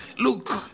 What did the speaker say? look